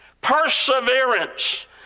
Perseverance